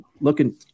Looking